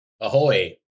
Ahoy